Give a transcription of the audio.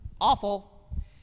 awful